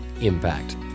impact